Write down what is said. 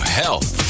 health